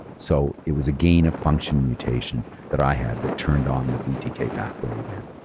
so it was a gain of function mutation that i had that turned on the btk pathway again.